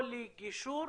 או לגישור,